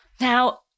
Now